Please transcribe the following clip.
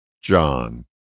John